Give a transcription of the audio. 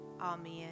Amen